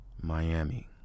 miami